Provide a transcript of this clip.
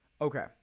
Okay